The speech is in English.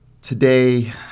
Today